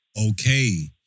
Okay